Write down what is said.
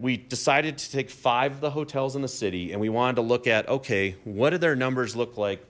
we decided to take five of the hotels in the city and we wanted to look at okay what did their numbers look like